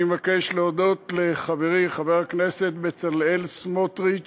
אני מבקש להודות לחברי חבר הכנסת בצלאל סמוטריץ